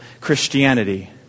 Christianity